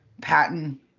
Patton